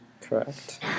Correct